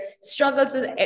struggles